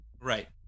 Right